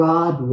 God